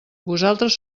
vosaltres